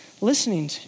listening